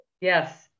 Yes